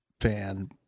fan